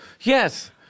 Yes